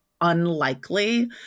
unlikely